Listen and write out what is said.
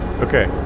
Okay